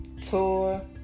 tour